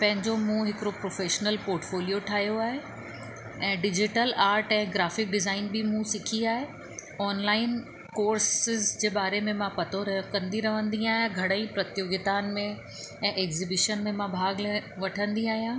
पंहिंजो मूं हिकिड़ो प्रोफ़ेशनल पॉर्टफ़ोलियो ठाहियो आहे ऐं डिज़िटल आर्ट ऐं ग्राफ़िक डिज़ाइन बि मूं सिखी आहे ऑनलाइन कोर्सिस जे बारे में मां पतो र कंदी रहंदी आहियां घणई प्रतियोगिताउनि में ऐं एग्ज़िबिशन में भाॻ ले वठंदी आहियां